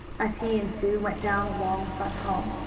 as he and sue went down the long, front hall.